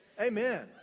Amen